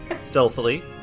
stealthily